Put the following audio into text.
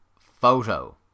photo